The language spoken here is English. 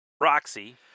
Roxy